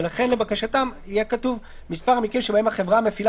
ולכן לבקשתם יהיה כתוב: "מספר המקרים שבהם החברה המפעילה